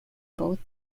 both